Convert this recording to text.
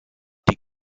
die